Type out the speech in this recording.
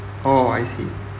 orh I see